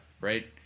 right